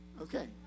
Okay